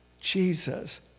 Jesus